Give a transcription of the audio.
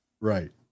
Right